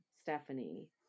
Stephanie